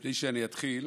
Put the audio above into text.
לפני שאני אתחיל,